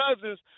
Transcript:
Cousins